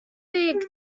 big